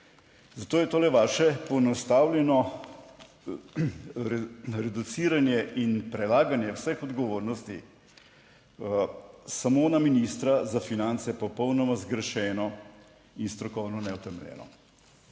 zato je tole vaše poenostavljeno reduciranje in prelaganje vseh odgovornosti samo na ministra za finance popolnoma zgrešeno in strokovno neutemeljeno.